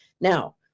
now